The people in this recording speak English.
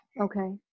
Okay